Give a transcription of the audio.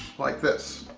like this.